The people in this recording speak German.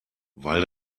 weil